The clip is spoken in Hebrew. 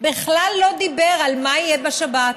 בכלל לא דיבר על מה יהיה בשבת.